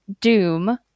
Doom